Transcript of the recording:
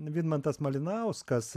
vidmantas malinauskas